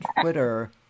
Twitter